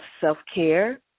self-care